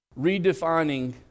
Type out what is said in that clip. redefining